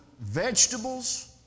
vegetables